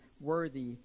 worthy